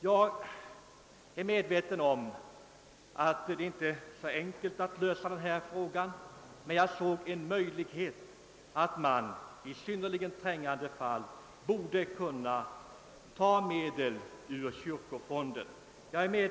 Jag är medveten om att det inte är så enkelt att lösa detta problem, men jag har sett en möjlighet däri att man i synnerligen trängande fall borde kunna ta medel ur kyrkofonden.